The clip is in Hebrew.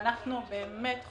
אנחנו באמת חוששים,